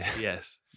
Yes